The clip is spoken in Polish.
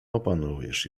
opanujesz